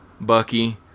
Bucky